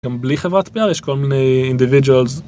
גם בלי חברת פאר יש כל מיני אינדיבידואלס.